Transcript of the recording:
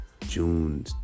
June